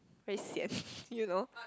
very sian you know